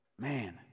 man